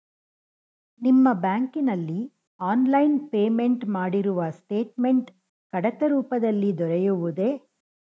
ನಿಮ್ಮ ಬ್ಯಾಂಕಿನಲ್ಲಿ online payment ಮಾಡಿರುವ ಸ್ಟೇಟ್ಮೆಂಟ್ ಕಡತ ರೂಪದಲ್ಲಿ ದೊರೆಯುವುದೇ?